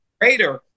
greater